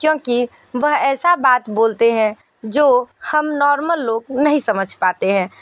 क्योंकि वह ऐसा बात बोलते हैं जो हम नॉर्मल लोग नहीं समझ पाते हैं